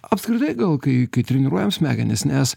apskritai gal kai kai treniruojam smegenis nes